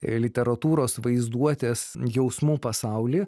literatūros vaizduotės jausmų pasaulį